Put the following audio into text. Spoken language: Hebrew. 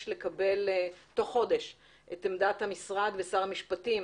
לקבל תוך חודש את עמדת המשרד ושר המשפטים